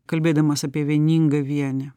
kalbėdamas apie vieningą vienį